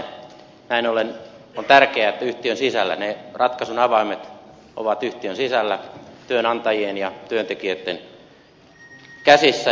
näin ollen on tärkeää että ne ratkaisunavaimet ovat yhtiön sisällä työnantajien ja työntekijöitten käsissä